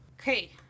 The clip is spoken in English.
Okay